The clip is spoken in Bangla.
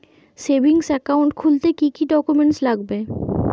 সেভিংস একাউন্ট খুলতে কি কি ডকুমেন্টস লাগবে?